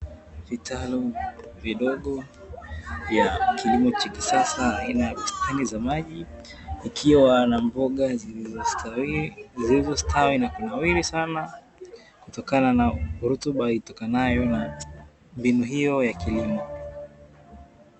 Vitalu vidogo vya kilimo cha kisasa aina ya chipukizi la maji, ikiwa na mboga hizo zilizostawi na kunawiri sana, kutokana na rutuba itokanayo na mbegu hiyo ya kilimo.